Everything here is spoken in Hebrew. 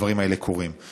הדברים האלה קורים.